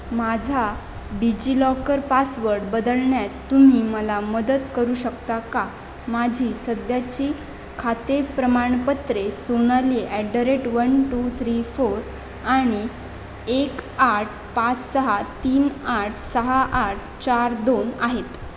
माझा DigiLocker password बदलण्यात तुम्ही मला मदत करू शकता का माझी सध्याची खाते प्रमाणपत्रे Sonali at the rate one two three four आणि एक आठ पाच सहा तीन आठ सहा आठ चार दोन आहेत